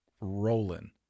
rolling